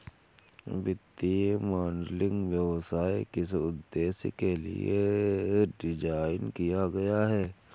वित्तीय मॉडलिंग व्यवसाय किस उद्देश्य के लिए डिज़ाइन किया गया है?